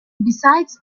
besides